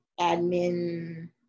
admin